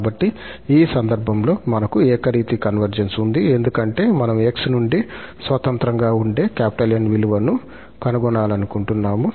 కాబట్టి ఈ సందర్భంలో మనకు ఏకరీతి కన్వర్జెన్స్ ఉంది ఎందుకంటే మనము 𝑥 నుండి స్వతంత్రంగా ఉండే 𝑁 విలువ ను కనుగొనాలనుకుంటున్నాము